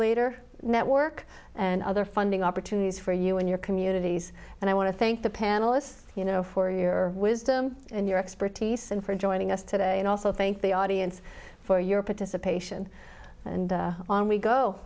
percolator network and other funding opportunities for you in your communities and i want to thank the panelists you know for your wisdom and your expertise and for joining us today and also think the audience for your participation and on we go